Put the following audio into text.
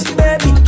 baby